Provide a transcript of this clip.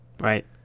right